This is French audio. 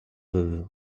veuve